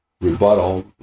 rebuttal